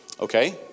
Okay